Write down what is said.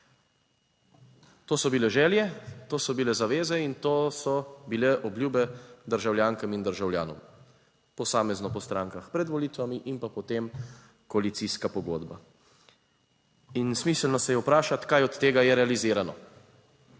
To so bile želje, to so bile zaveze in to so bile obljube državljankam in državljanom - posamezno po strankah pred volitvami in pa potem koalicijska pogodba. In smiselno se je vprašati kaj od tega je realizirano?